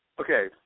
Okay